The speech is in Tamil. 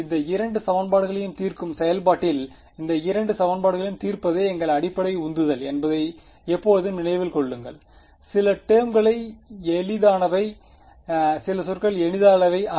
இந்த இரண்டு சமன்பாடுகளையும் தீர்க்கும் செயல்பாட்டில் இந்த இரண்டு சமன்பாடுகளையும் தீர்ப்பதே எங்கள் அடிப்படை உந்துதல் என்பதை எப்போதும் நினைவில் கொள்ளுங்கள் சில டெர்ம்கள் எளிதானவை சில சொற்கள் எளிதானவை அல்ல